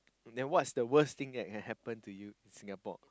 then what's the worst thing that can happen you in Singapore